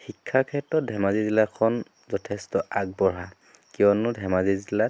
শিক্ষাৰ ক্ষেত্ৰত ধেমাজি জিলাখন যথেষ্ট আগবঢ়া কিয়নো ধেমাজি জিলাত